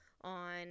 on